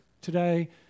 today